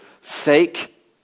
fake